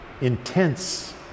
intense